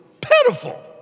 pitiful